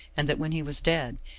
and that when he was dead,